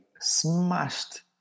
smashed